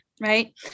right